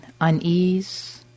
unease